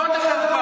זאת,